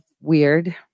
weird